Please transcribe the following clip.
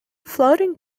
floating